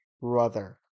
brother